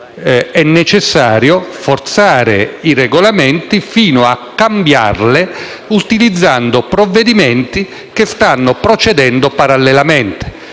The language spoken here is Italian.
è necessario forzare i Regolamenti fino a cambiarli, utilizzando provvedimenti che stanno procedendo parallelamente.